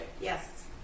Yes